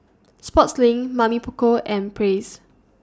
Sportslink Mamy Poko and Praise